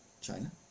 China